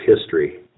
history